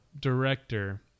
Director